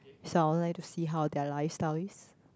so I'd like to see how their lifestyle is